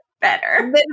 better